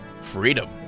freedom